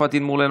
פטין מולא,